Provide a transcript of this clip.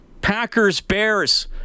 Packers-Bears